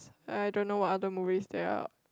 I don't know what other movies there are